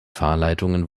fahrleitung